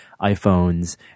iPhones